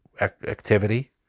activity